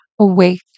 awake